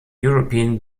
european